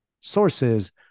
sources